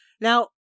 Now